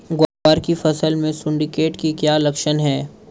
ग्वार की फसल में सुंडी कीट के क्या लक्षण है?